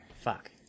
fuck